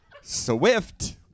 Swift